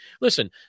listen